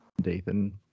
Dathan